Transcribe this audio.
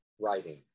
writing